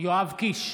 יואב קיש,